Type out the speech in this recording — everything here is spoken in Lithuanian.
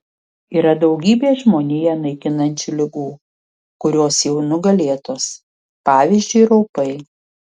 yra daugybė žmoniją naikinančių ligų kurios jau nugalėtos pavyzdžiui raupai